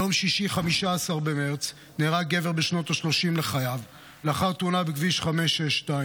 ביום שישי 15 במרץ נהרג גבר בשנות השלושים לחייו לאחר תאונה בכביש 562,